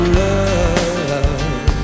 love